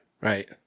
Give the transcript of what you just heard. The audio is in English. Right